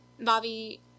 Bobby